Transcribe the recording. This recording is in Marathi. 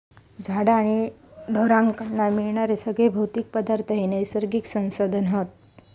झाडा आणि ढोरांकडना मिळणारे सगळे भौतिक पदार्थ हे नैसर्गिक संसाधन हत